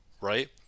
right